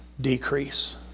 decrease